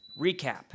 recap